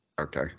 Okay